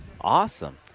Awesome